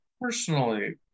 Personally